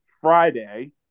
Friday